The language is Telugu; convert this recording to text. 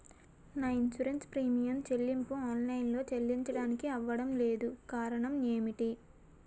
నా ఇన్సురెన్స్ ప్రీమియం చెల్లింపు ఆన్ లైన్ లో చెల్లించడానికి అవ్వడం లేదు కారణం ఏమిటి?